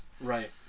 Right